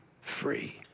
free